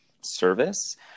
service